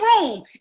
room